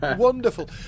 wonderful